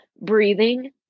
Breathing